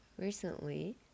recently